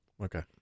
okay